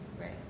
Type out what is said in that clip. Right